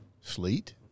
sleet